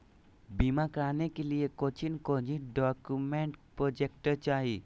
बीमा कराने के लिए कोच्चि कोच्चि डॉक्यूमेंट प्रोजेक्ट चाहिए?